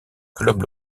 club